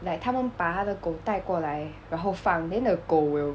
like 他们把他的狗带过来然后放 then the 狗 will